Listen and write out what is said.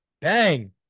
bang